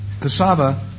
Cassava